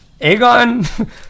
Aegon